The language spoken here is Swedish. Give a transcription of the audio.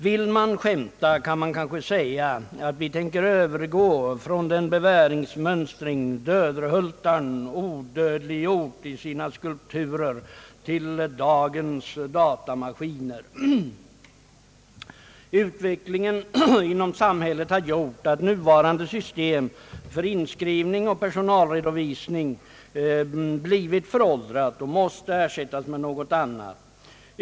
Vill man skämta kan man kanske säga att vi nu tänker övergå från den beväringsmönstring som Döderhultarn odödliggjort i sina skulpturer till dagens datamaskiner. Utvecklingen inom samhället har gjort att nuvarande system för inskrivning och personalredovisning blivit föråldrat och måste ersättas med något annat.